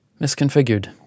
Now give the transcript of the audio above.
misconfigured